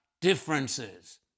differences